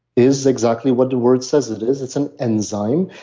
is exactly what the word says it is. it's an enzyme,